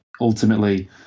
ultimately